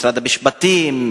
משרד המשפטים,